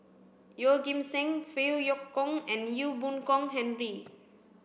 Yeoh Ghim Seng Phey Yew Kok and Ee Boon Kong Henry